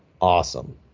awesome